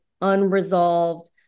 unresolved